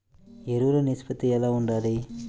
ఎరువులు నిష్పత్తి ఎలా ఉండాలి?